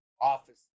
office